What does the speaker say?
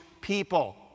people